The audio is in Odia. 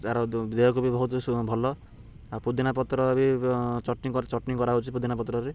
ତା'ର ଦେହକୁ ବି ବହୁତ ଭଲ ଆଉ ପୁଦିନା ପତ୍ର ବି ଚଟଣି ଚଟଣି କରାହଉଛି ପୁଦିନା ପତ୍ରରେ